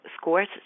scores